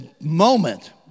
moment